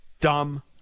dumb